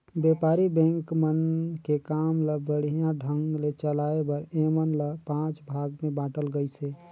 बेपारी बेंक मन के काम ल बड़िहा ढंग ले चलाये बर ऐमन ल पांच भाग मे बांटल गइसे